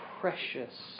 precious